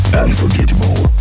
unforgettable